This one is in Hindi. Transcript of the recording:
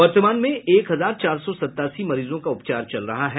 वर्तमान में एक हजार चार सौ सतासी मरीजों का उपचार चल रहा है